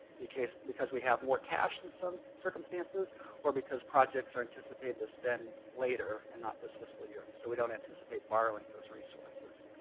because because we have more cash in some circumstances or because projects are anticipated to spend later, and not this fiscal year. so we don't anticipate borrowing those resources.